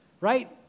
right